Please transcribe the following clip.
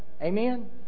Amen